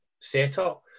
setup